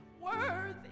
worthy